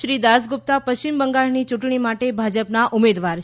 શ્રી દાસગુપ્તા પશ્ચિમ બંગાળની ચૂંટણી માટે ભાજપના ઉમેદવાર છે